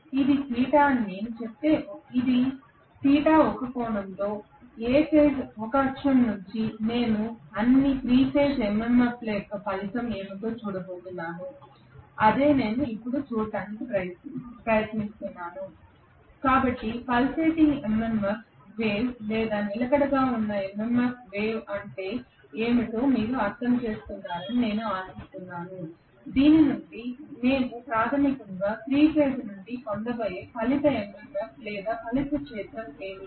ఇది θ అని నేను చెబితే ఒక θ కోణంలో A ఒక ఫేజ్ అక్షం నుండి నేను అన్ని 3 ఫేజ్ MMF ల యొక్క ఫలితం ఏమిటో చూడబోతున్నాను అదే నేను ఇప్పుడు చూడటానికి ప్రయత్నిస్తున్నాను కాబట్టి పల్సేటింగ్ MMF వేవ్ లేదా నిలకడగా ఉన్న MMF వేవ్ అంటే ఏమిటో మీరు అర్థం చేసుకున్నారని నేను ఆశిస్తున్నాను దీని నుండి మేము ప్రాథమికంగా 3 ఫేజ్ నుండి పొందబోయే ఫలిత MMF లేదా ఫలిత క్షేత్రం ఏమిటి